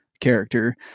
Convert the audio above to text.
character